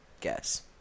Guess